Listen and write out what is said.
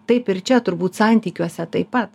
taip ir čia turbūt santykiuose taip pat